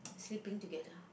sleeping together